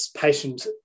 patient